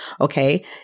Okay